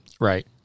right